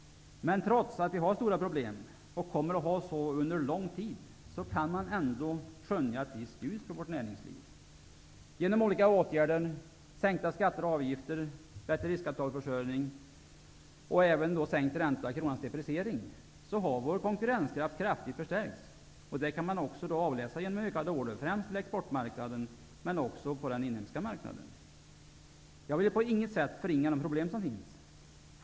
Trots att vi har stora problem och kommer att ha så under en lång tid kan man ändå skönja ett visst ljus för vårt näringsliv. Genom olika åtgärder, t.ex. sänkta skatter och avgifter, bättre riskkapitalförsörjning, sänkt ränta och kronans depricering har vår konkurrenskraft kraftigt förstärkts. Det kan man också avläsa i större order främst på exportmarknaden men också på den inhemska marknaden. Jag vill på inget sätt förringa de problem som finns.